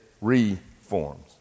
reforms